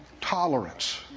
tolerance